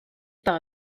par